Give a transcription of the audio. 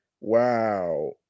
wow